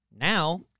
Now